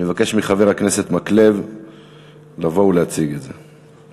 אני מבקש מחבר הכנסת מקלב לבוא ולהציג את זה.